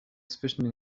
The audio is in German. zwischen